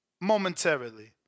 Momentarily